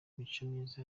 micomyiza